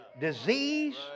disease